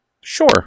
Sure